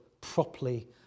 properly